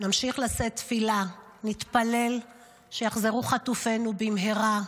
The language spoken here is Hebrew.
נמשיך לשאת תפילה, נתפלל שיחזרו חטופינו במהרה.